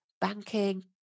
banking